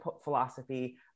philosophy